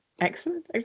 Excellent